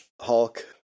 Hulk